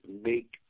make